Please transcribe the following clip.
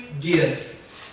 give